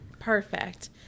perfect